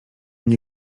nie